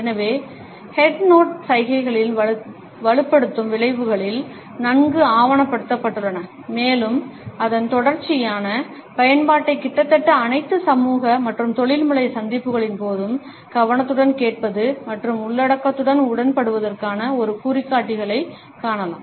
எனவே head nod சைகைகளின் வலுப்படுத்தும் விளைவுகள் நன்கு ஆவணப்படுத்தப்பட்டுள்ளன மேலும் அதன் தொடர்ச்சியான பயன்பாட்டை கிட்டத்தட்ட அனைத்து சமூக மற்றும் தொழில்முறை சந்திப்புகளின்போதும் கவனத்துடன் கேட்பது மற்றும் உள்ளடக்கத்துடன் உடன்படுவதற்கான ஒரு குறிகாட்டியாகக் காணலாம்